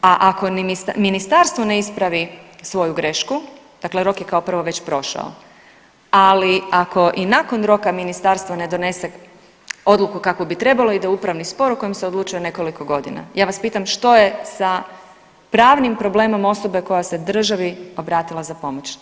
A ako ni ministarstvo ne ispravi svoju grešku, dakle rok je kao prvo već prošao, ali ako i nakon roka ministarstvo ne donese odluku kakvu bi trebalo i da upravni spor o kojem se odlučuje nekoliko godina, ja vas pitam što je sa pravnim problem osobe koja se državi obratila za pomoć?